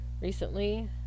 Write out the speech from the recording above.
recently